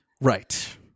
Right